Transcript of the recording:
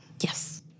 Yes